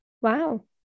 Wow